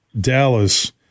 Dallas